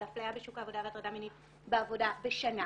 אפליה בשוק העבודה והטרדה מינית בעבודה בשנה.